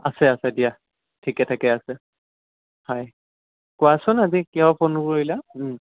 আছে আছে দিয়া ঠিকে থাকে আছে হয় কোৱাচোন আজি কিয় ফোন কৰিলা